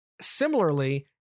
Similarly